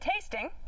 tasting